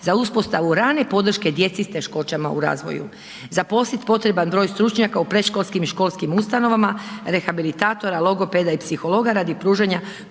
za uspostavu rane podrške djeci s teškoćama u razvoju, zaposliti potreban broj stručnjaka u predškolskim i školskim ustanovama, rehabilitatora, logopeda i psihologa radi pružanja